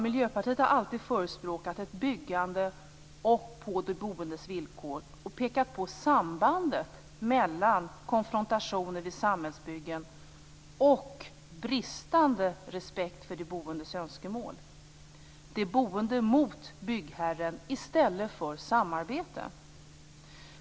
Miljöpartiet har alltid förespråkat ett byggande på de boendes villkor och pekat på sambandet mellan konfrontationer vid samhällsbyggen och bristande respekt för de boendes önskemål. Det kan bli de boende mot byggherren i stället för samarbete.